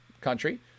country